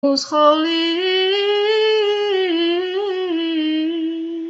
מוסכאולים